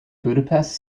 budapest